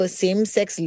same-sex